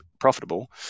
profitable